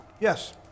Yes